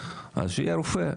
אז שיהיה רופא,